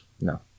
No